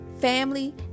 family